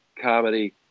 comedy